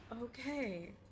Okay